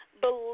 Believe